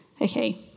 Okay